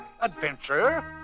adventure